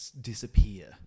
disappear